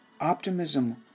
Optimism